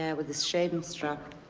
yeah with the shaving strap.